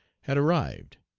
had arrived.